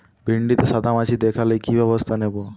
ভিন্ডিতে সাদা মাছি দেখালে কি ব্যবস্থা নেবো?